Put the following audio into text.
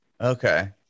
Okay